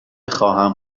خواهم